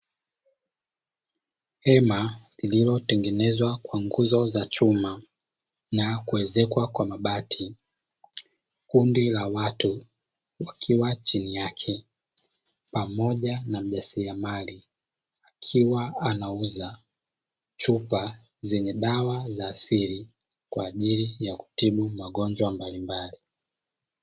Hema lililotengenezwa kwa nguzo za chuma na kuezekwa kwa mabati, kundi la watu wakiwa chini yake pamoja na mjasiriamali akiwa anauza chupa zenye dawa za asili kwa ajili ya kutibu magonjwa mbalimbali.